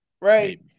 Right